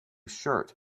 shirt